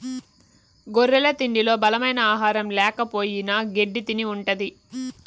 గొర్రెల తిండిలో బలమైన ఆహారం ల్యాకపోయిన గెడ్డి తిని ఉంటది